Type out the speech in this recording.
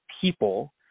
people